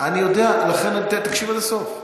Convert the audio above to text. אני יודע, לכן תקשיב עד הסוף.